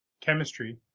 Chemistry